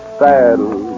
saddle